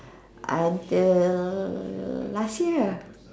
until last year